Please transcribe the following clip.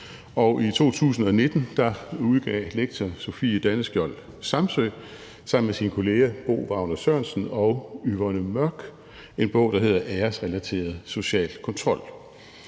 og i 2019 udgav lektor Sofie Danneskiold-Samsøe sammen med sine kolleger Bo Wagner Sørensen og Yvonne Mørck en bog, der hedder »Æresrelateret social kontrol«.